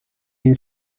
این